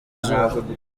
izuba